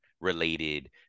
related